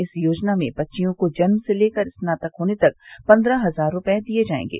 इस योजना में बच्चियों को जन्म से लेकर स्नातक होने तक पन्द्रह हज़ार रूपये दिये जायेंगे